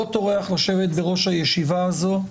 לא טורח לשבת בראש הישיבה הזאת,